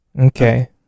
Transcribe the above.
Okay